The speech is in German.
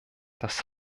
das